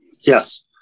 Yes